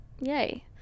yay